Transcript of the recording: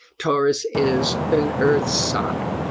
taurus is an earth sign,